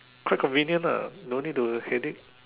quite convenient ah don't need to headache